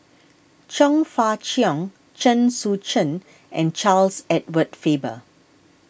Chong Fah Cheong Chen Sucheng and Charles Edward Faber